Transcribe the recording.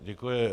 Děkuji.